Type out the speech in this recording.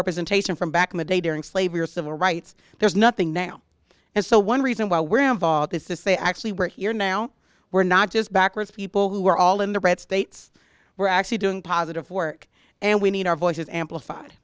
representation from back in the day during slavery or civil rights there's nothing now and so one reason why we're involved is this they actually were here now we're not just backwards people who were all in the red states were actually doing positive work and we need our voices amplified